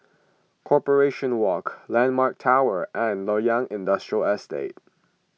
Corporation Walk Landmark Tower and Loyang Industrial Estate